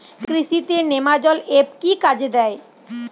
কৃষি তে নেমাজল এফ কি কাজে দেয়?